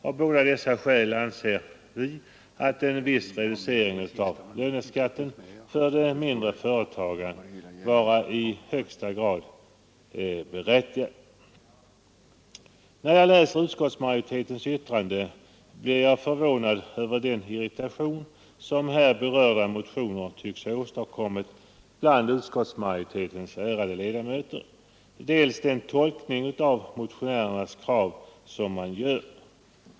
Av båda dessa skäl anser vi en viss reducering av löneskatten för de mindre företagen vara i högsta grad berättigad. När jag läser utskottsmajoritetens yttrande blir jag förvånad både över den irritation som här berörda motioner tycks ha åstadkommit bland utskottsmajoritetens ärade ledamöter och över den tolkning av motionärernas krav som man gör.